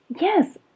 yes